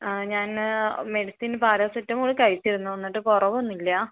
ആ ഞാൻ medicine paracetamol കഴിച്ചിരുന്നു എന്നിട്ട് കുറവൊന്നുമില്ല